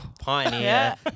pioneer